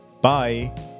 bye